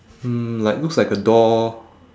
hmm like looks like a door